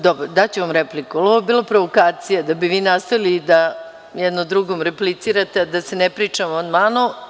Daću vam repliku, ali ovo je bila provokacija da bi vi nastavili da jedno drugom replicirate, a da se ne priča o amandmanu.